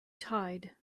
tide